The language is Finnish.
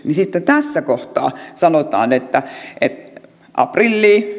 niin sitten tässä kohtaa sanotaan että että aprillia